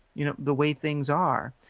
you know, the way things are.